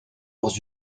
dans